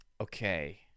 Okay